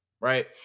right